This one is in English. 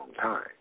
time